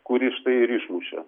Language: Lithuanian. kuri štai ir išmušė